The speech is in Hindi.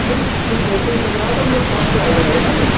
नहीं तो कुछ ऐसे ही लग रहा था मतलब सॉफ़्ट आ जाएगा न वो